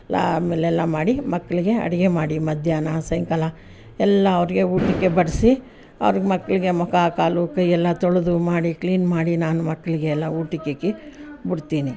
ಆಮೇಲೆ ಎಲ್ಲ ಮಾಡಿ ಮಕ್ಕಳಿಗೆ ಅಡಿಗೆ ಮಾಡಿ ಮಧ್ಯಾಹ್ನ ಸಾಯಂಕಾಲ ಎಲ್ಲ ಅವ್ರಿಗೆ ಊಟಕ್ಕೆ ಬಡಿಸಿ ಅವ್ರಿಗೆ ಮಕ್ಕಳಿಗೆ ಮುಖ ಕಾಲು ಕೈಯಲ್ಲ ತೊಳೆದು ಮಾಡಿ ಕ್ಲೀನ್ ಮಾಡಿ ನಾನು ಮಕ್ಕಳಿಗೆಲ್ಲ ಊಟಕ್ಕೆ ಹಾಕಿ ಬಿಡ್ತೀನಿ